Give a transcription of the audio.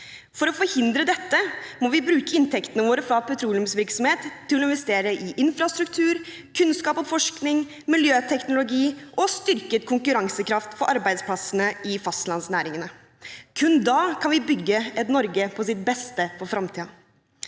For å forhindre dette må vi bruke inntektene våre fra petroleumsvirksomheten til å investere i infrastruktur, kunnskap og forskning, miljøteknologi og styrket konkurransekraft på arbeidsplassene i fastlandsnæringene. Kun da kan vi bygge et Norge på sitt beste for fremtiden.